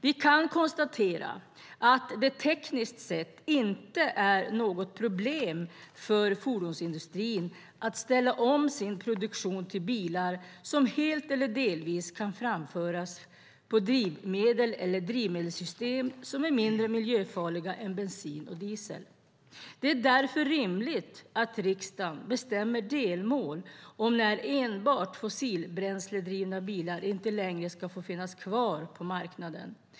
Vi kan konstatera att det tekniskt sett inte är något problem för fordonsindustrin att ställa om sin produktion till bilar som helt eller delvis kan framföras med drivmedel eller drivmedelssystem som är mindre miljöfarliga än bensin och diesel. Det är därför rimligt att riksdagen bestämmer delmål om när enbart fossilbränsledrivna bilar inte längre ska få finnas kvar på marknaden.